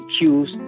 choose